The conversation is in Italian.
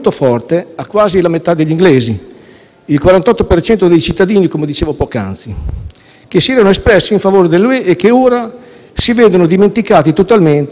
cento dei cittadini, come dicevo poc'anzi, che si erano espressi in favore dell'Unione europea e che ora si vedono dimenticati totalmente dai loro rappresentanti politici.